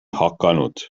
hakanud